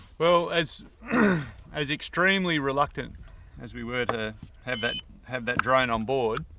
well, as as extremely reluctant as we were to have that have that drone on board,